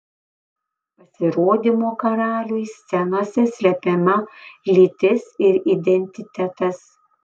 pasirodymo karaliui scenose slepiama lytis ir identitetas